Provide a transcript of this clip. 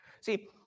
See